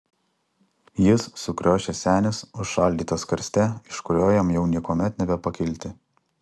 jis sukriošęs senis užšaldytas karste iš kurio jam jau niekuomet nebepakilti